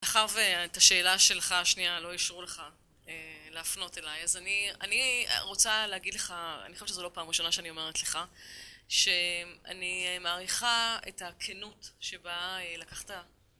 מאחר ואת השאלה שלך השנייה לא אישרו לך להפנות אליי אז אני רוצה להגיד לך, אני חושבת שזו לא פעם ראשונה שאני אומרת לך שאני מעריכה את הכנות שבה לקחת